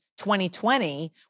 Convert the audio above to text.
2020